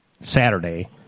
Saturday